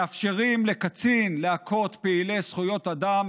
מאפשרים לקצין להכות פעילי זכויות אדם,